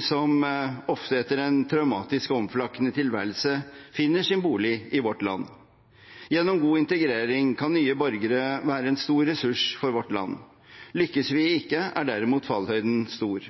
som ofte etter en traumatisk og omflakkende tilværelse finner sin bolig i vårt land. Gjennom god integrering kan nye borgere være en stor ressurs for vårt land. Lykkes vi ikke, er derimot fallhøyden stor.